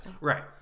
Right